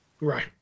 Right